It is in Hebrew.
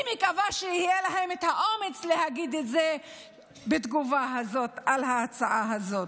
אני מקווה שיהיה להם האומץ להגיד את זה בתגובה על ההצעה הזאת.